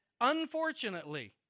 unfortunately